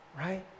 Right